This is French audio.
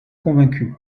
convaincue